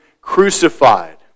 crucified